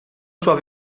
sua